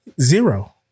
Zero